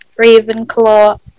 Ravenclaw